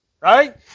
right